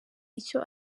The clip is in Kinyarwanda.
icyo